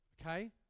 Okay